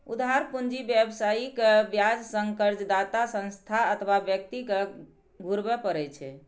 उधार पूंजी व्यवसायी कें ब्याज संग कर्जदाता संस्था अथवा व्यक्ति कें घुरबय पड़ै छै